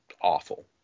awful